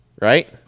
Right